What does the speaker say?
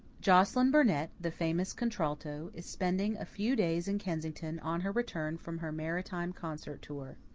joscelyn burnett, the famous contralto, is spending a few days in kensington on her return from her maritime concert tour.